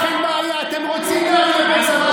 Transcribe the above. האזרחים הרבים שיצאו למחות רואים כי בתוך חצי